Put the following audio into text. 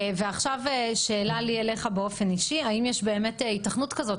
עכשיו שאלה לי אליך באופן אישי: האם יש באמת היתכנות כזאת,